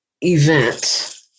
event